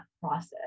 process